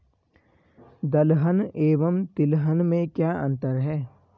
दलहन एवं तिलहन में क्या अंतर है?